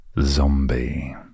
Zombie